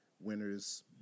Winners